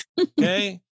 Okay